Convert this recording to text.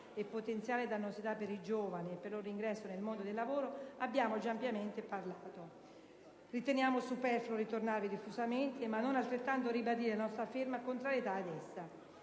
e potenziale dannosità per i giovani e per il loro ingresso nel mondo del lavoro abbiamo già ampiamente parlato. Riteniamo superfluo ritornarvi diffusamente, ma non altrettanto superfluo ribadire la nostra ferma contrarietà ad essa.